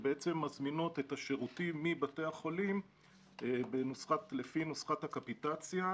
שמזמינות את השירותים מבתי החולים לפי נוסחת הקפיטציה,